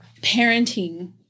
parenting